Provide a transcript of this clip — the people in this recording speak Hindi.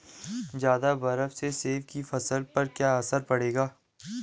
ज़्यादा बर्फ से सेब की फसल पर क्या असर पड़ेगा?